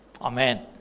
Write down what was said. Amen